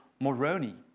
Moroni